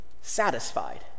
satisfied